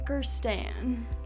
Stan